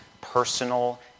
personal